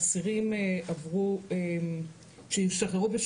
ביטוי גם את מי שעשה טיפול ומי שעולה לוועדת שחרורים